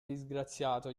disgraziato